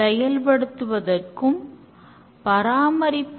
அதன்பிறகு கோட் எழுதப்படும்